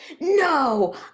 no